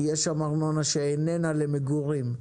כי יש שם ארנונה שאיננה למגורים.